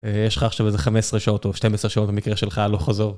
יש לך עכשיו איזה 15 שעות, או 12 שעות במקרה שלך, הלוך חזור